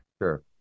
Sure